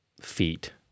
feet